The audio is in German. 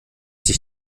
dich